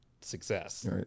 success